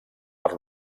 per